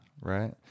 right